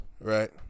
right